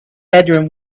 bedroom